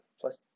plus